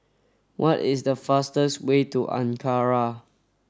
what is the fastest way to Ankara